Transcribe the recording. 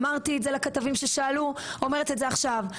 אמרתי את זה לכתבים ששאלו, אומרת את זה עכשיו.